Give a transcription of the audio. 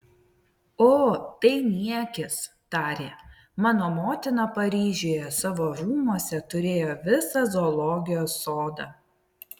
o tai niekis tarė mano motina paryžiuje savo rūmuose turėjo visą zoologijos sodą